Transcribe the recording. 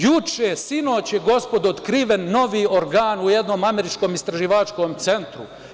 Juče, sinoć, gospodo otkriven je novi organ u jednom američkom istraživačkom centru.